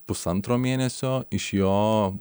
pusantro mėnesio iš jo